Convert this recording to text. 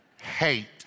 hate